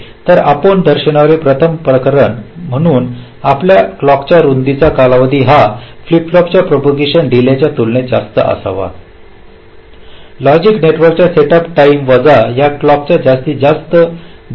तर आपण दर्शविणारे प्रथम प्रकरण म्हणून आपल्या क्लॉक च्या रुंदीचा कालावधी हा फ्लिप फ्लॉपच्या प्रोपोगांशन डीलेच्या तुलनेत जास्त असावा लॉजिक नेटवर्क सेटअप टाइम वजा या डीले चा जास्तीत जास्त डीले